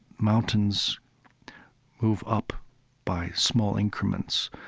mountains move up by small increments,